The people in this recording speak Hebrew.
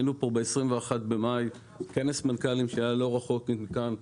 היינו ב-21 במאי בכנס מנכ"לים, לא רחוק מכאן.